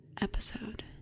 episode